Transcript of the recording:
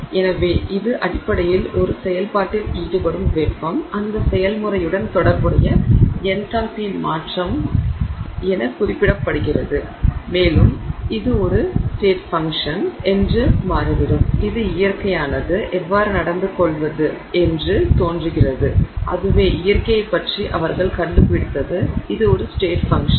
எனவே இது அடிப்படையில் ஒரு செயல்பாட்டில் ஈடுபடும் வெப்பம் அந்த செயல்முறையுடன் தொடர்புடைய என்தால்பியின் மாற்றம் என குறிப்பிடப்படுகிறது மேலும் இது ஒரு ஸ்டேட் ஃபங்ஷன் என்று மாறிவிடும் இது இயற்கையானது எவ்வாறு நடந்துகொள்வது என்று தோன்றுகிறது அதுவே இயற்கையைப் பற்றி அவர்கள் கண்டுபிடித்தது இது ஒரு ஸ்டேட் ஃபங்ஷன்